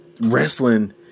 wrestling